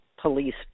police